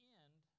end